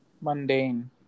mundane